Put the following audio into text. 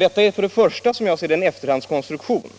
Detta är för det 7 första, som jag ser det, en efterhandskonstruktion.